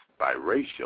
biracial